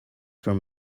from